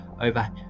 over